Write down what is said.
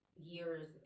years